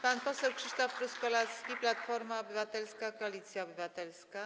Pan poseł Krzysztof Truskolaski, Platforma Obywatelska - Koalicja Obywatelska.